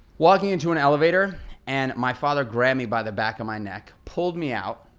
walking into an elevator and my father grabbed me by the back of my neck, pulled me out,